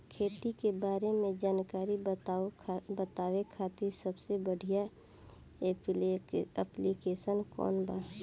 खेती के बारे में जानकारी बतावे खातिर सबसे बढ़िया ऐप्लिकेशन कौन बा?